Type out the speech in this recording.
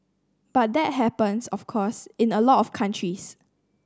but that happens of course in a lot of countries